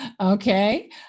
Okay